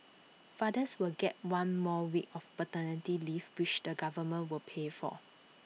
fathers will get one more week of paternity leave which the government will pay for